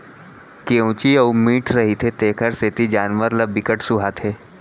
केंवची अउ मीठ रहिथे तेखर सेती जानवर ल बिकट सुहाथे